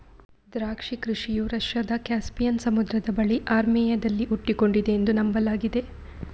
ದ್ರಾಕ್ಷಿ ಕೃಷಿಯು ರಷ್ಯಾದ ಕ್ಯಾಸ್ಪಿಯನ್ ಸಮುದ್ರದ ಬಳಿ ಅರ್ಮೇನಿಯಾದಲ್ಲಿ ಹುಟ್ಟಿಕೊಂಡಿದೆ ಎಂದು ನಂಬಲಾಗಿದೆ